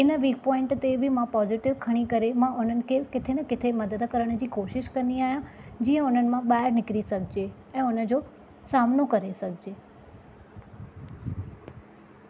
इन weak point ते बि मां पॉज़िटिव खणी करे मां हुननि खे किथे न किथे मदद करण जी कोशिशि कंदी आहियां जीअं हुननि मां ॿाहिरि निकरी सघिजे ऐ हुन जो सामनो करे सघिजे